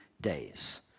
days